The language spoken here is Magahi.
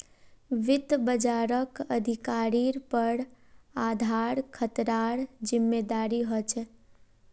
वित्त बाजारक अधिकारिर पर आधार खतरार जिम्मादारी ह छेक